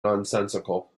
nonsensical